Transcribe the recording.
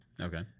Okay